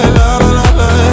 la-la-la-la